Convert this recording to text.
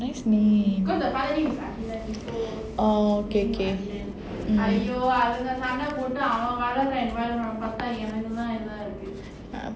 orh nice name orh okay okay mm